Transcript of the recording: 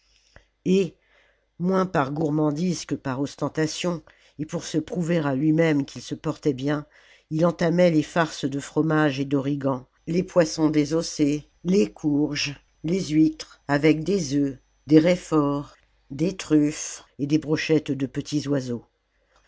et moins par gourmandise que par ostentation et pour se prouver à lui-même qu'il se portait bien il entamait les farces de fromage et d'origan les poissons désossés les courges les huîtres avec des œufs des raiforts des truffes et des brochettes de petits oiseaux